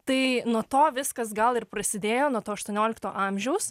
tai nuo to viskas gal ir prasidėjo nuo to aštuoniolikto amžiaus